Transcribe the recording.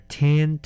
ten